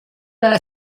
dalla